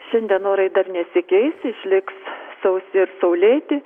šiandien orai dar nesikeis išliks sausi ir saulėti